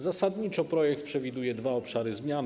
Zasadniczo projekt przewiduje dwa obszary zmian.